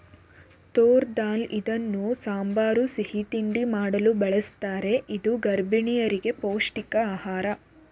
ತೂರ್ ದಾಲ್ ಇದನ್ನು ಸಾಂಬಾರ್, ಸಿಹಿ ತಿಂಡಿ ಮಾಡಲು ಬಳ್ಸತ್ತರೆ ಇದು ಗರ್ಭಿಣಿಯರಿಗೆ ಪೌಷ್ಟಿಕ ಆಹಾರ